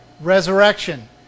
resurrection